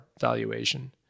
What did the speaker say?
valuation